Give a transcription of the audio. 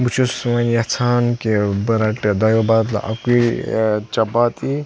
بہٕ چھُس وۄنۍ یَژھان کہِ بہِ رَٹہٕ دۄیو بَدلہٕ اَکٕے چَپاتی